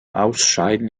ausscheiden